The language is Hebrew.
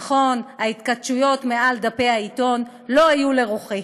נכון, ההתכתשויות מעל דפי העיתון לא היו לרוחי.